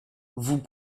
vous